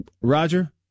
Roger